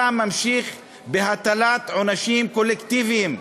אתה ממשיך בהטלת עונשים קולקטיביים.